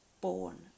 born